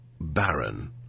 Baron